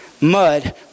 mud